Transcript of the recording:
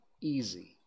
easy